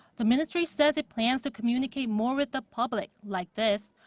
the ministry says it plans to communicate more with the public, like this.